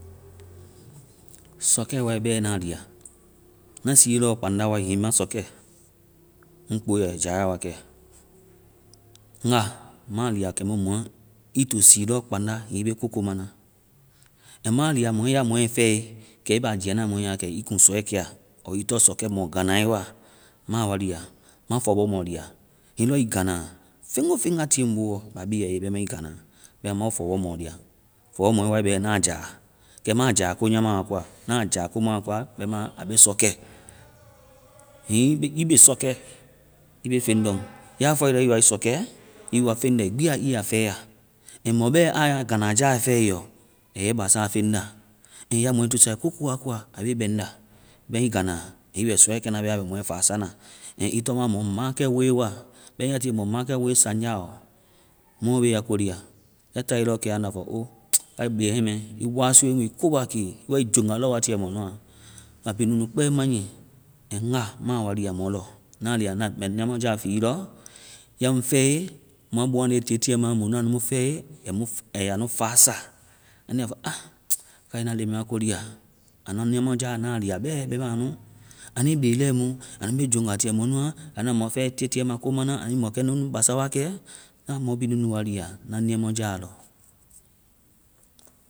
sɔkɛɛ wai bɛɛ na a lia, na sie lɔ kpánda wae hiŋi ŋma sɔkɛ ŋ kpooe yɔ ai jaya wa kɛ. ŋga ma a lia kɛmu mɔ ́i tó sii lɔ kpanda hiŋi i bee koo ko ma na. ma a lia mɔ a mɔɛ fɛe kɛ i bɛ a jia na mɔɛ ya kɛ i kuŋ sɔɛ kɛa ɔɔ i tɔŋ sɔkɛ mɔɔ ganae wa. ma i wa lia, ma fɔbɔ mɔɔ wa lia. hiŋi lɔɔ i ganaa feofeŋ a tie ŋ boowɔ mbɛ a bee ya i ye, bɛmaã i ganaa. Bɛmaã ma woo fɔbɔ mɔɔ la, fɔbɔ mɔɛ wae bɛɛ na a jáa, kɛ ma a jáa ko nyama wa a koa, na a jáa komu a koa bɛmaã a bee sɔ kɛ, hiŋi ibe- i bee sɔkɛ i bee feŋlɔŋ. Yaa fɔ i lɔ i woa i sɔkɛ, i woa feŋ lɛi gbia i yaa fɛɛ ya. mɔ bɛɛ a ya ganaa jáa fɛe i yɔ a jɛ i basaa feŋ nda. ya mɔɛ tusae ko oo ko a koa a bee i bɛŋnda, bɛmaã i ganaa i bɛ sɔɛ kɛna bɛɛ a bɛ mɔɛ faa sa na. i tɔma mɔ maãkɛwoe wa, bɛmaã ya tie mɔ maãkɛwoe sanjáɔ, mɔ oo mɔ bee ya ko lia, ya tae lɔɔ kɛ andɔ fɔ oo kái bee hɛmɛ, i wáasue mu, i kobakée, i wae i joŋga lɔɔ wa tiɛ mɔ muã. Á bii nu kpɛɛ ma nyi, ŋga ma wa lia mɔ lɔ, na a lia mbɛ ndiamɔjáa fii i lɔ, ya ŋfɛe, muã bɔwaŋnde tetiɛ ma mɔ nu anda mu fɛe, amuf a yaa nu fáa sa, anu ya fɔ á, ŋga na leŋɛ nu a ko lia, anuã ndiamɔ jáa na a lia bɛɛ, bɛmaã nuĩ bee lɛɛmu, anu bée joŋga tiɛ mɔ nuã, anda mɔ fɛe tetiɛ ma ko mana anuĩ mɔkɛndɛ nu basa wa kɛɛ, na mɔ bee nu nu wa lia na ndiamɔjáa lɔ.